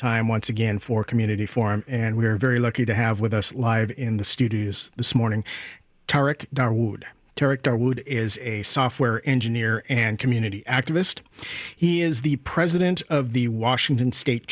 time once again for community form and we're very lucky to have with us live in the studio is this morning tarek darwood character would is a software engineer and community activist he is the president of the washington state